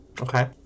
Okay